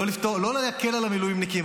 לא להקל על המילואימניקים,